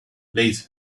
liz